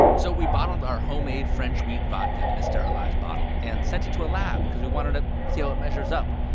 so we bottled our homemade french wheat vodka in a sterilized bottle and sent it to a lab because we wanted to see how it measures up.